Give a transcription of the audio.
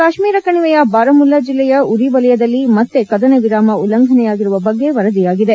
ಕಾಶ್ನೀರ ಕಣಿವೆಯ ಬರಾಮುಲ್ಲಾ ಜಿಲ್ಲೆಯ ಉರಿ ವಲಯದಲ್ಲಿ ಮತ್ತೆ ಕದನ ವಿರಾಮ ಉಲ್ಲಂಘನೆಯಾಗಿರುವ ಬಗ್ಗೆ ವರದಿಯಾಗಿದೆ